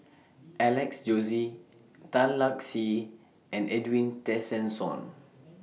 Alex Josey Tan Lark Sye and Edwin Tessensohn